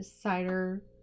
cider